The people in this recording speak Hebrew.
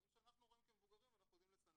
מה שאנחנו רואים כמבוגרים, אנחנו יודעים לסנן.